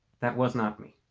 that was not me,